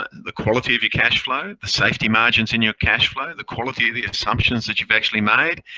the quality of your cashflow, the safety margins in your cashflow, the quality, the assumptions that you've actually made.